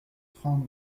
trente